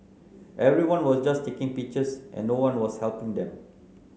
everyone was just taking pictures and no one was helping them